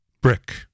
Brick